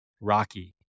rocky